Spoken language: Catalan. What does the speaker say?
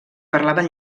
parlaven